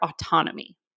autonomy